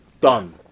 Done